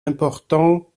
important